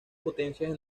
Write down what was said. potencia